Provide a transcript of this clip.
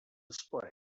display